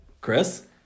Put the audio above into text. Chris